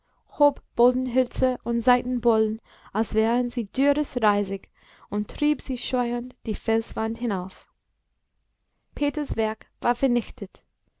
hob bodenhölzer und seitenbohlen als wären sie dürres reisig und trieb sie scheuernd die felswand hinauf peters werk war vernichtet